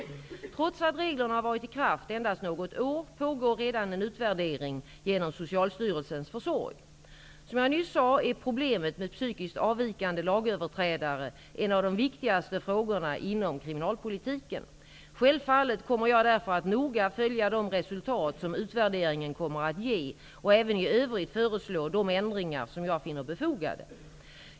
Trots att reglerna har varit i kraft endast något år pågår redan en utvärdering genom Socialstyrelsens försorg. Som jag nyss sade är problemet med psykiskt avvikande lagöverträdare en av de viktigaste frågorna inom kriminalpolitiken. Självfallet kommer jag därför att noga följa de resultat som utvärderingen ger och även i övrigt föreslå de ändringar som jag finner befogade.